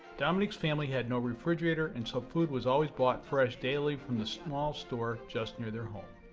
dominique's family had no refrigerator and so food was always bought fresh daily from the small store just near their home.